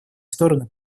стороны